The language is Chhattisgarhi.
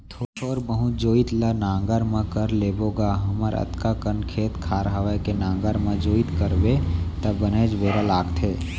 थोर बहुत जोइत ल नांगर म कर लेबो गा हमर अतका कन खेत खार हवय के नांगर म जोइत करबे त बनेच बेरा लागथे